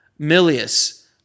Milius